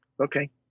Okay